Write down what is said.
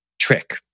trick